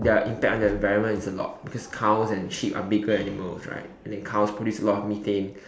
their impact on the environment is a lot because cows and sheep are bigger animals right then cows produce a lot of methane